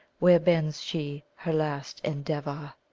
where bends she her last endeavour?